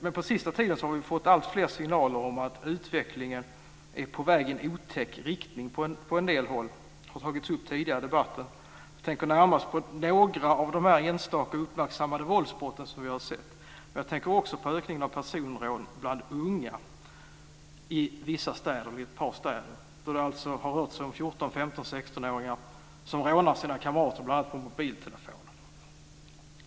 Men på sista tiden har vi fått alltfler signaler om att utvecklingen är på väg i en otäck riktning på en del håll. Detta har tagits upp tidigare i debatten. Jag tänker närmast på några av de här enstaka uppmärksammande våldsbrotten som vi har sett, men jag tänker också på ökningen av personrån bland unga i ett par städer. Där har det rört sig om 14-16-åringar som har rånat sina kamrater bl.a. på mobiltelefoner.